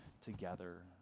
together